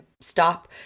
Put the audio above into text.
stop